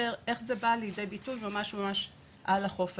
איך זה בא לידי ביטוי ממש על החוף עצמו.